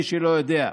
למי שלא יודע.